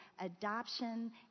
adoption